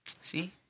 See